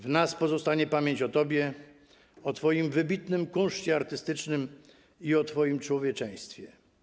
W nas pozostanie pamięć o tobie, o twoim wybitnym kunszcie artystycznym i o twoim człowieczeństwie.